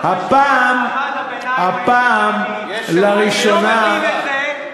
הוא אמר גם את ההמשך: שהיישובים הקיימים,